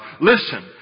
listen